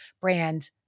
brand